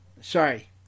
Sorry